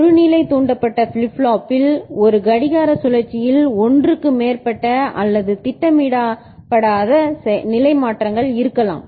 ஒரு நிலை தூண்டப்பட்ட ஃபிளிப் பிளாப்பில் ஒரு கடிகார சுழற்சியில் ஒன்றுக்கு மேற்பட்ட அல்லது திட்டமிடப்படாத நிலை மாற்றங்கள் இருக்கலாம்